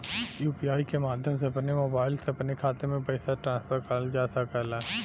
UPI के माध्यम से अपने मोबाइल से अपने खाते में पइसा ट्रांसफर करल जा सकला